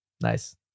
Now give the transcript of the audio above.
Nice